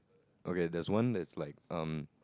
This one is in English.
okay there's one that's like um